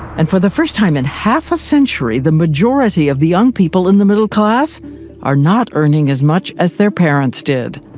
and for the first time in half of ah century, the majority of the young people in the middle class are not earning as much as their parents did.